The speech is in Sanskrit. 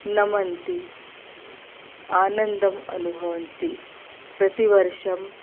नमन्ति आनन्दम् अनुभवन्ति प्रतिवर्षम्